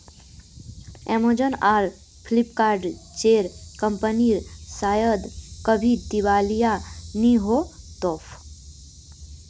Amazon आर Flipkart जेर कंपनीर शायद कभी दिवालिया नि हो तोक